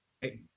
Hey